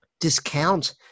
Discount